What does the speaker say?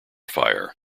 fire